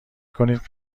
کنید